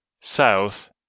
south